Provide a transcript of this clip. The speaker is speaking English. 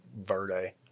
Verde